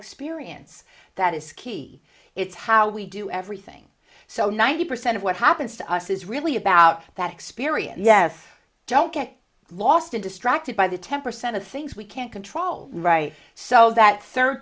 experience that is key it's how we do everything so ninety percent of what happens to us is really about that experience yes don't get lost a distracted by the ten percent of things we can't control right so that cer